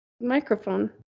microphone